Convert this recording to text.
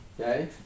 Okay